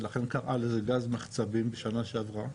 ולכן קראה לזה גז מחצבים בשנה שעברה.